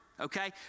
okay